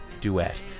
duet